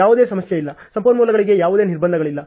ಯಾವುದೇ ಸಮಸ್ಯೆ ಇಲ್ಲ ಸಂಪನ್ಮೂಲಗಳಿಗೆ ಯಾವುದೇ ನಿರ್ಬಂಧಗಳಿಲ್ಲ